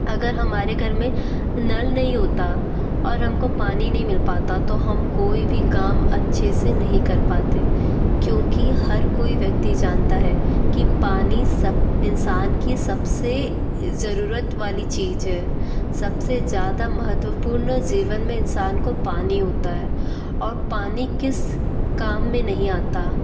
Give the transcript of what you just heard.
अगर हमारे घर में नल नहीं होता और हमको पानी नहीं मिल पाता तो हम कोई भी काम अच्छे से नहीं कर पाते क्योंकि हर कोई व्यक्ति जानता है कि पानी सब इंसान की सबसे ज़रूरत वाली चीज़ है सबसे ज़्यादा महत्वपूर्ण जीवन में इंसान को पानी होता है और पानी किस काम में नहीं आता